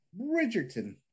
Bridgerton